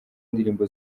ndirimbo